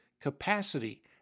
capacity